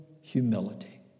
humility